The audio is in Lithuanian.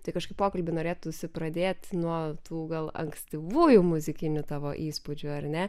tai kažkaip pokalbį norėtųsi pradėt nuo tų gal ankstyvųjų muzikinių tavo įspūdžių ar ne